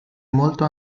molto